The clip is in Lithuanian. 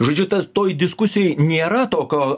žodžiu tas toj diskusijoj nėra tokio